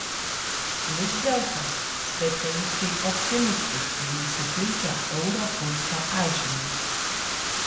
vis dėlto specialistai optimistiškai nusiteikę euro kurso atžvilgiu